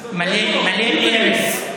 מלא ארס.